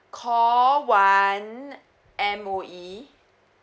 call one M_O_E